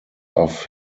off